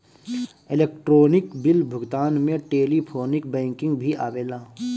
electronic bill भुगतान में telephonic banking भी आवेला